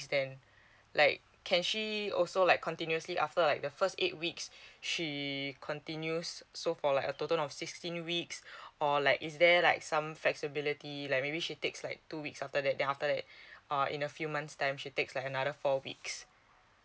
then like can she also like continuously after like the first eight weeks she continues so for like a total of sixteen weeks or like is there like some flexibility like maybe she takes like two weeks after that then after that uh in a few months time she takes like another four weeks